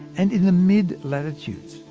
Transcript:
and in the mid-latitudes,